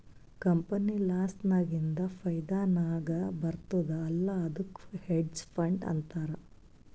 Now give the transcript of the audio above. company loss ನಾಗಿಂದ್ ಫೈದಾ ನಾಗ್ ಬರ್ತುದ್ ಅಲ್ಲಾ ಅದ್ದುಕ್ ಹೆಡ್ಜ್ ಫಂಡ್ ಅಂತಾರ್